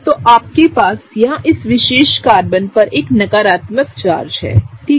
तो आपके पास यहां इस विशेष कार्बन पर एक नकारात्मक चार्ज है ठीक है